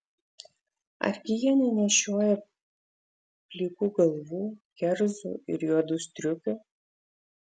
argi jie nenešioja plikų galvų kerzų ir juodų striukių